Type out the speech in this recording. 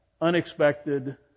unexpected